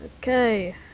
Okay